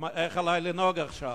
איך עלי לנהוג עכשיו?